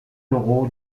toro